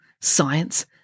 science